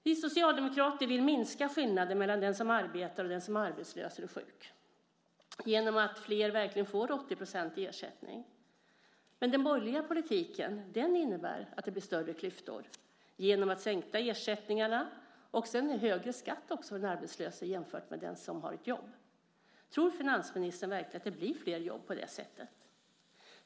Vi socialdemokrater vill minska skillnaderna mellan den som arbetar och den som är arbetslös eller sjuk genom att flera får 80 % i ersättning. Den borgerliga politiken innebär att klyftorna blir större genom sänkta ersättningar och genom högre skatt för den arbetslöse jämfört med den som har ett jobb. Tror finansministern verkligen att det blir flera jobb på det sättet?